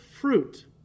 fruit